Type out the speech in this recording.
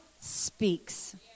speaks